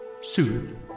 Soothe